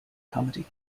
comedy